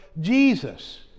Jesus